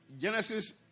genesis